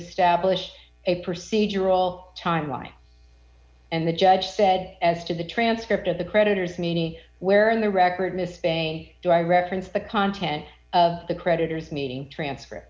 establish a procedural timeline and the judge said as to the transcript of the creditors meeting where in the record miss bain do i reference the content of the creditors meeting trans